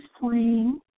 playing